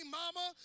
mama